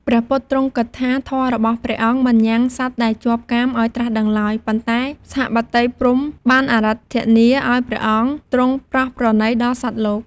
ព្រះពុទ្ធទ្រង់គិតថា ធម៌របស់ព្រះអង្គមិនញ៉ាំងសត្វដែលជាប់កាមឲ្យត្រាស់ដឹងឡើយ ប៉ុន្តែសហម្បតីព្រហ្មបានអារាធនាឲ្យព្រះអង្គទ្រង់ប្រោសប្រណីដល់សត្វលោក។